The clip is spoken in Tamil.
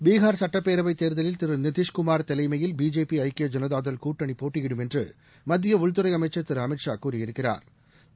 பீகார் சட்டப்பேரவை தேர்தலில் திரு நித்திஷ்குமார் தலைமையில் பிஜேபி ஐக்கிய ஜனதாதள் கூட்டணி போட்டியிடும் என்று மத்திய உள்துறை அமைச்சா் திரு அமித்ஷா கூறியிருக்கிறாா்